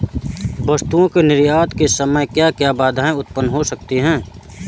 वस्तुओं के निर्यात के समय क्या क्या बाधाएं उत्पन्न हो सकती हैं?